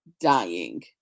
dying